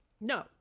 No